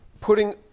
putting